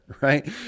right